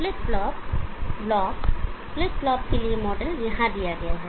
flip flop block flip flop के लिए model यहां दिया गया है